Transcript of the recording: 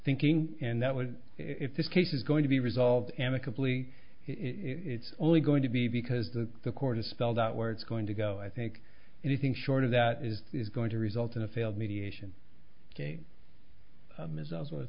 thinking and that what if this case is going to be resolved amicably it's only going to be because the the court is spelled out where it's going to go i think anything short of that is going to result in a failed mediation